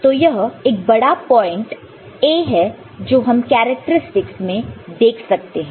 तो यह एक बड़ा पॉइंट A है जो हम कैरेक्टरस्टिक्स में देख सकते हैं